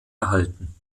erhalten